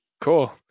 Cool